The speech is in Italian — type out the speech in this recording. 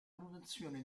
produzione